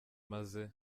maze